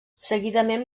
seguidament